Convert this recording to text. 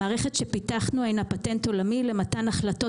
המערכת שפיתחנו הינה פטנט עולמי למתן החלטות